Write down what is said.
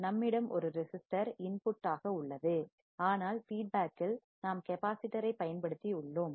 நம்மிடம் ஒரு resistor input ஆக உள்ளது ஆனால் பீட்பேக்கில் நாம் கெப்பாசிட்டர் ஐ பயன்படுத்தி உள்ளோம்